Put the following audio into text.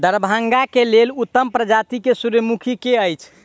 दरभंगा केँ लेल उत्तम प्रजाति केँ सूर्यमुखी केँ अछि?